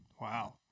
Wow